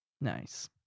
Nice